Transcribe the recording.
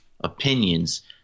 opinions